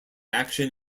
action